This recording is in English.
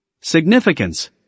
significance